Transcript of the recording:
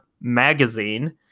magazine